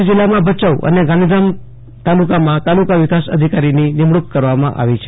કચ્છ જિલ્લામાં ભયાઉ અને ગાંધીધામ તાલુકામાં તાલુકા વિકાસ અધિકારીની નિમણું ક કરવામાં આવી છે